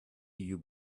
you